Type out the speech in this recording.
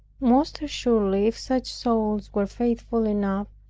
most assuredly if such souls were faithful enough,